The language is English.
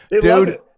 dude